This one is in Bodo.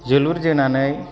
जोलुर जोनानै